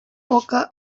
poca